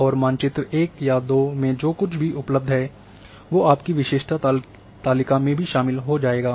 और मानचित्र 1 या 2 में जो कुछ भी उपलब्ध है वो आपकी विशेषता तालिका में भी शामिल हो जाएगा